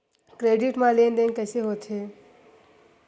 Credit मा लेन देन कइसे होथे?